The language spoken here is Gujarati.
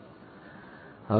તો મને તે અહીં કહેવા દો